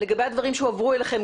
לגבי הדברים שהועברו אליכם,